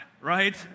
right